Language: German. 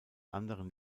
anderen